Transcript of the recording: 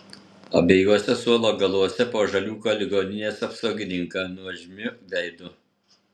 abiejuose suolo galuose po žaliūką ligoninės apsaugininką nuožmiu veidu